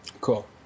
Cool